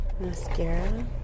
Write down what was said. Mascara